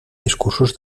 discursos